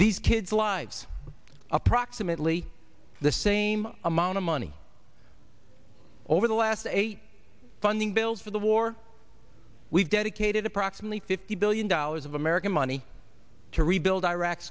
these kids lives approximately the same amount of money over the last eight funding bills for the war we've dedicated approximately fifty billion dollars of american money to rebuild iraq